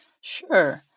Sure